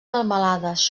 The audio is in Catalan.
melmelades